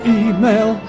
email